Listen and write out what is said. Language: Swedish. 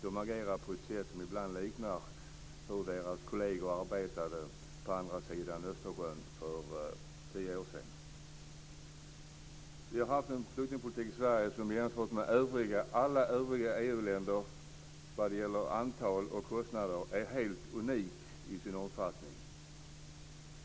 De agerar på ett sätt som ibland liknar det som deras kolleger på andra sidan Östersjön arbetade på för tio år sedan. Vi har haft en flyktingpolitik i Sverige som jämfört med alla övriga EU-länder vad gäller antal och kostnader är helt unik i sin omfattning.